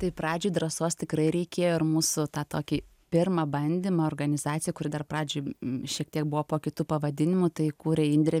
tai pradžioj drąsos tikrai reikėjo ir mūsų tą tokį pirmą bandymą organizacija kuri dar pradžiai šiek tiek buvo po kitu pavadinimu tai kūrė indrė